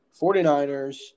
49ers